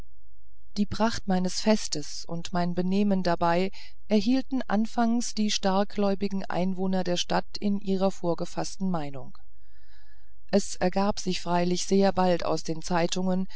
die pracht meines festes und mein benehmen dabei erhielten anfangs die starkgläubigen einwohner der stadt bei ihrer vorgefaßten meinung es ergab sich freilich sehr bald aus den zeitungen